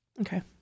Okay